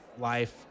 life